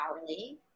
hourly